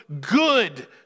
good